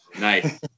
Nice